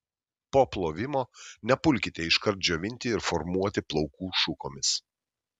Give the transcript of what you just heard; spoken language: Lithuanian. po plovimo nepulkite iškart džiovinti ir formuoti plaukų šukomis